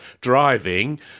driving